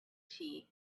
tea